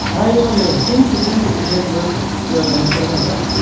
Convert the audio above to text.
हा एवम् एवं किञ्चित् किञ्चित् गृहद्वयं द्वयाद् अनन्तरमेव अस्ति